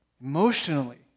emotionally